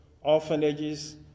orphanages